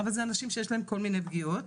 אבל זה אנשים שיש להם כל מיני פגיעות,